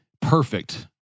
Perfect